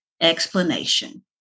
explanation